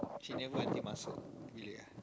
she never until masuk really ah